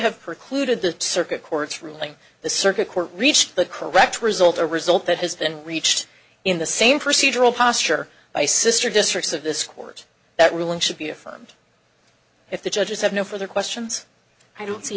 have precluded the circuit court's ruling the circuit court reached the correct result a result that has been reached in the same procedural posture by sister districts of this court that ruling should be affirmed if the judges have no further questions i don't see